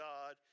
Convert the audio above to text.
God